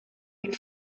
you